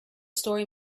story